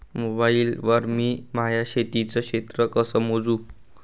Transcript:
Mobile वर मी माया शेतीचं क्षेत्र कस मोजू?